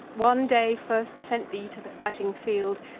one day first sent thee to the fighting field,